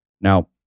now